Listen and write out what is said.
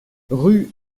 rue